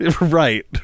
Right